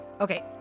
Okay